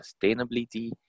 sustainability